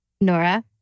Nora